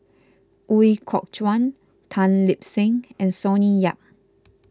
Ooi Kok Chuen Tan Lip Seng and Sonny Yap